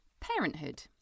Parenthood